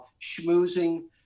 Schmoozing